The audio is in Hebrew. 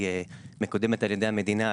שמקודמת על ידי המדינה,